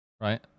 Right